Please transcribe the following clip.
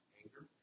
anger